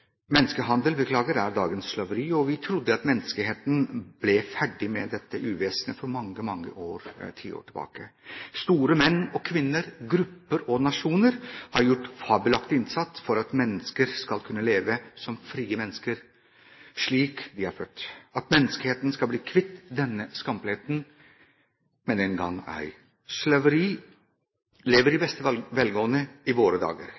Vi trodde at menneskeheten ble ferdig med dette uvesenet for mange tiår tilbake. Store menn og kvinner, grupper og nasjoner har gjort fabelaktig innsats for at mennesker skal kunne leve som frie mennesker, slik vi er født, at menneskeheten skal bli kvitt denne skampletten, men den gang ei. Slaveri lever i beste velgående i våre dager.